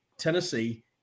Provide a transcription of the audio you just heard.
Tennessee